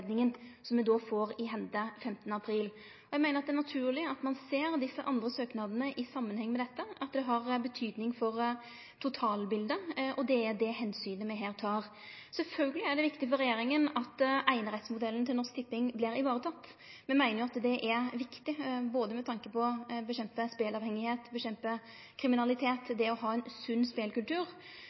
er naturleg at ein ser dei andre søknadene i samanheng med dette – at det har betydning for totalbildet. Det er det omsynet me her tek. Sjølvsagt er det viktig for regjeringa at einerettsmodellen til Norsk Tipping vert ivareteken. Me meiner at det å ha ein sunn spelekultur er viktig både med tanke på å motverke speleavhengigheit og å motverke kriminalitet. Samtidig ser me at det